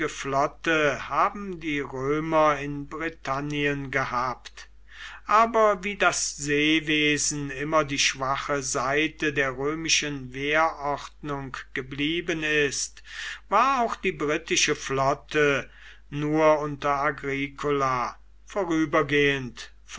flotte haben die römer in britannien gehabt aber wie das seewesen immer die schwache seite der römischen wehrordnung geblieben ist war auch die britische flotte nur unter agricola